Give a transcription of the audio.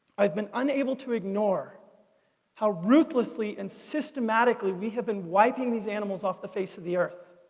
i've been unable to ignore how ruthlessly and systematically we have been wiping these animals off the face of the earth.